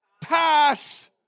pass